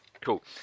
Cool